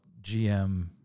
GM